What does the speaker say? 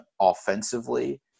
offensively